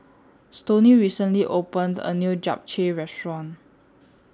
Stoney recently opened A New Japchae Restaurant